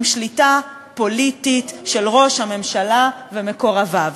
עם שליטה פוליטית של ראש הממשלה ומקורביו.